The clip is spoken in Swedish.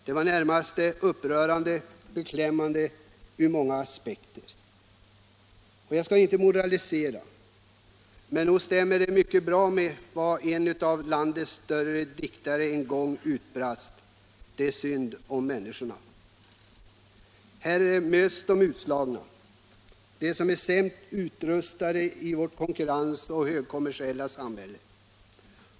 Det var närmast upprörande och beklämmande ur många aspekter. Jag skall inte moralisera, men nog stämmer de ord som en gång skrevs av en av vårt lands större diktare mycket väl: ”Det är synd om människorna.” Här möts de utslagna, de som är sämst utrustade i vårt konkurrenspräglade och högkommersiella samhälle.